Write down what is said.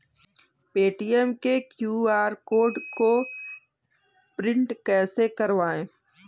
Paytm के QR code को print कैसे करवाएँ?